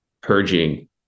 purging